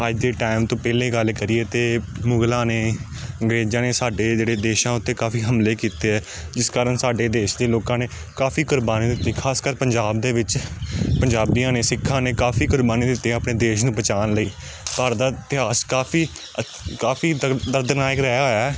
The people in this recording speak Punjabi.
ਅੱਜ ਦੇ ਟਾਈਮ ਤੋਂ ਪਹਿਲੇ ਗੱਲ ਕਰੀਏ ਤਾਂ ਮੁਗਲਾਂ ਨੇ ਅੰਗਰੇਜ਼ਾਂ ਨੇ ਸਾਡੇ ਜਿਹੜੇ ਦੇਸ਼ਾਂ ਉੱਤੇ ਕਾਫੀ ਹਮਲੇ ਕੀਤੇ ਆ ਜਿਸ ਕਾਰਨ ਸਾਡੇ ਦੇਸ਼ ਦੇ ਲੋਕਾਂ ਨੇ ਕਾਫੀ ਕੁਰਬਾਨੀਆਂ ਦਿੱਤੀਆਂ ਖਾਸਕਰ ਪੰਜਾਬ ਦੇ ਵਿੱਚ ਪੰਜਾਬੀਆਂ ਨੇ ਸਿੱਖਾਂ ਨੇ ਕਾਫੀ ਕੁਰਬਾਨੀਆਂ ਦਿੱਤੀਆਂ ਆਪਣੇ ਦੇਸ਼ ਨੂੰ ਬਚਾਉਣ ਲਈ ਭਾਰਤ ਦਾ ਇਤਿਹਾਸ ਕਾਫੀ ਕਾਫੀ ਦਰ ਦਰਦਨਾਇਕ ਰਿਹਾ ਹੋਇਆ